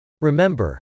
Remember